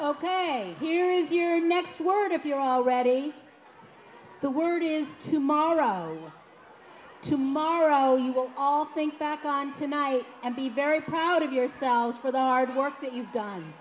ok here is your next word if you're already the word is tomorrow tomorrow you will all think back on tonight and be very proud of yourselves for the hard work that you've done